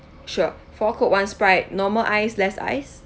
sure four coke one sprite normal ice less ice